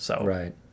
Right